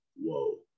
Whoa